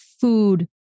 food